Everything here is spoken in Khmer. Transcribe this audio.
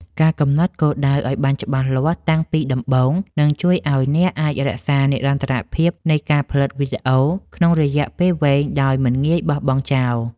ការកំណត់គោលដៅឱ្យបានច្បាស់លាស់តាំងពីដំបូង នឹងជួយឱ្យអ្នកអាចរក្សានិរន្តរភាពនៃការផលិតវីដេអូក្នុងរយៈពេលវែងដោយមិនងាយបោះបង់ចោល។